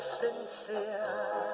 sincere